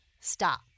Stop